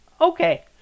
okay